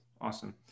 awesome